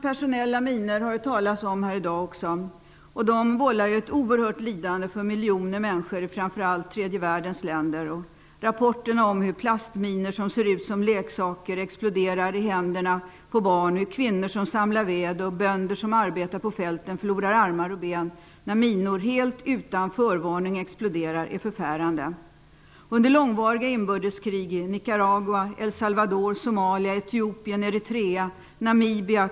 Det har talats om antipersonella minor här i dag också. De vållar ju ett oerhört lidande för miljoner människor i framför allt tredje världens länder. Rapporterna om hur plastminor som ser ut som leksaker exploderar i händerna på barn, hur kvinnor som samlar ved och bönder som arbetar på fälten förlorar armar och ben när minor helt utan förvarning exploderar är förfärande.